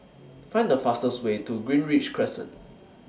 Find The fastest Way to Greenridge Crescent